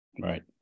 Right